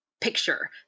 picture